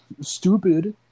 Stupid